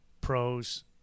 pros